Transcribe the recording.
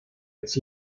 its